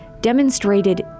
demonstrated